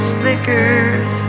flickers